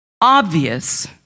obvious